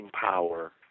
power